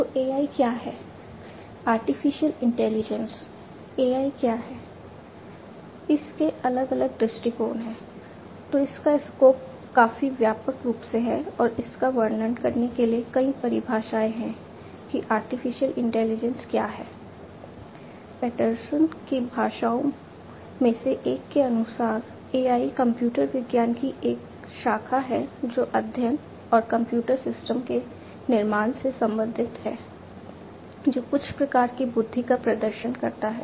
तो AI क्या है